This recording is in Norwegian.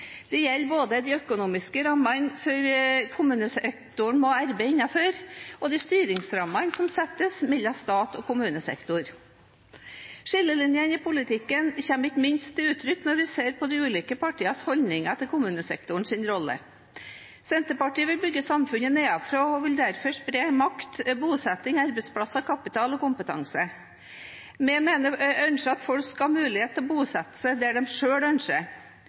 Dette gjelder både de økonomiske rammene kommunesektoren må arbeide innenfor, og de styringsrammene som settes mellom stat og kommunesektor. Skillelinjene i politikken kommer ikke minst til uttrykk når vi ser på de ulike partienes holdninger til kommunesektorens rolle. Senterpartiet vil bygge samfunnet nedenfra og vil derfor spre makt, bosetting, arbeidsplasser, kapital og kompetanse. Vi ønsker at folk skal ha mulighet til å bosette seg der de selv ønsker.